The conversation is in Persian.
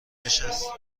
نشست